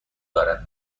دارد